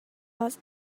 was